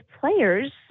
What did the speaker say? players